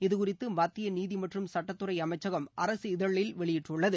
இதுகுறித்து மத்திய நீதி மற்றும் சுட்டத்துறை அமைச்சகம் அரசிதழில் வெளியிட்டுள்ளது